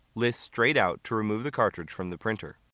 lift straight out to remove the cartridge from the printer.